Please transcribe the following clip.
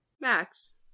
Max